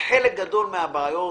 חלק גדול מן הבעיות